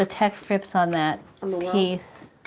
ah text scripts on that piece.